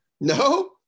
no